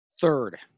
Third